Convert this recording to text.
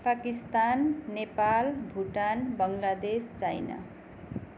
Pakistan Nepal Bhutan Bangladesh China